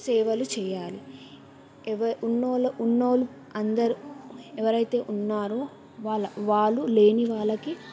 సేవలు చెయ్యాలి ఎవ ఉన్నవాళ్ళు ఉన్నవాళ్ళు అందరు ఎవరైతే ఉన్నారో వాళ్ళ వాళ్ళు లేని వాళ్ళకి